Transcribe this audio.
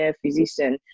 physician